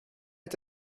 est